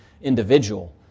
individual